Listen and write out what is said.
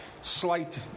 slight